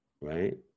Right